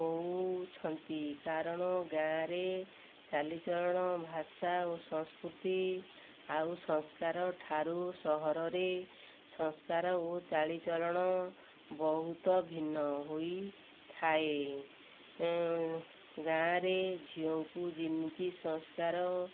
ହେଉଛନ୍ତି କାରଣ ଗାଁରେ ଚାଲିଚଳଣ ଭାଷା ଓ ସଂସ୍କୃତି ଆଉ ସଂସ୍କାରଠାରୁ ସହରରେ ସଂସ୍କାର ଓ ଚାଲିଚଳଣ ବହୁତ ଭିନ୍ନ ହୋଇଥାଏ ଗାଁରେ ଝିଅଙ୍କୁ ଯେମିତି ସଂସ୍କାର